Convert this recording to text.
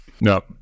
No